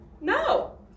no